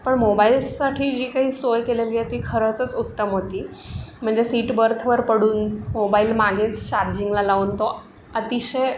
पण मोबाईलसाठी जी काही सोय केलेली आहे ती खरंचच उत्तम होती म्हणजे सीट बर्थवर पडून मोबाईल मागेच चार्जिंगला लावून तो अतिशय